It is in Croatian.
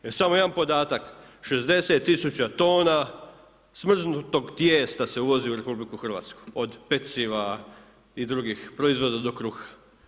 Još samo jedan podatak, 60 tisuća tona smrznutog tijesta se uvozi u RH od peciva i drugih proizvoda do krha.